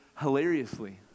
hilariously